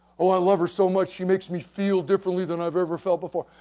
ah i love her so much, she makes me feel differently than i've ever felt before.